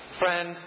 friend